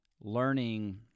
learning